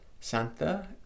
Santa